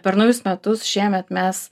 per naujus metus šiemet mes